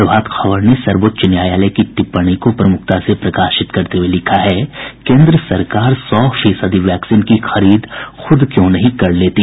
प्रभात खबर ने सर्वोच्च न्यायालय की टिप्पणी को प्रमुखता से प्रकाशित करते हुए लिखा है केन्द्र सरकार सौ फीसदी वैक्सीन की खरीद खूद क्यों नहीं कर रही